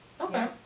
Okay